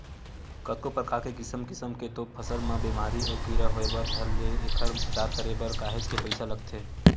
कतको परकार के किसम किसम के तो फसल म बेमारी अउ कीरा होय बर धर ले एखर उपचार करे बर काहेच के पइसा लगथे